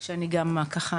שאני גם ככה,